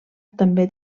també